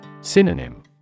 Synonym